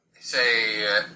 say